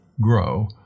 grow